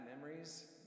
memories